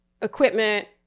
equipment